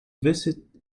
visit